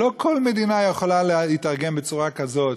שלא כל מדינה יכולה להתארגן בצורה כזאת,